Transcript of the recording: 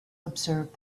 observe